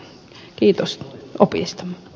kiitos opista